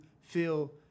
feel